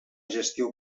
gestió